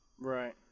Right